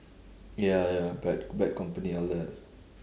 ya ya bad bad company all that